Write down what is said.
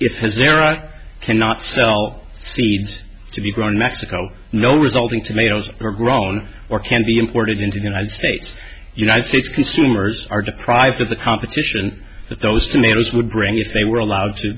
if has there i cannot sell seeds to be grown in mexico no resulting tomatoes are grown or can be imported into united states united states consumers are deprived of the competition that those tomatoes would bring if they were allowed to